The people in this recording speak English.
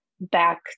back